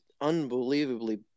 unbelievably